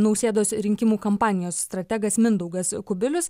nausėdos rinkimų kampanijos strategas mindaugas kubilius